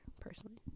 personally